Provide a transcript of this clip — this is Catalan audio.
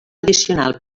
addicional